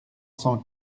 cent